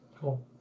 Cool